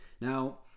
now